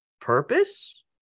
purpose